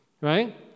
right